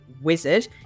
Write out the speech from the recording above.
wizard